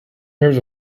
terms